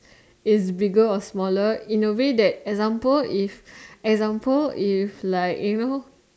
is bigger or smaller in a way that example if example if like you know